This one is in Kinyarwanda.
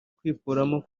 kwikuramo